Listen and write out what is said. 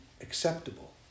acceptable